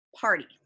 party